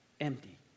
Empty